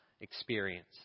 experience